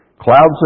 clouds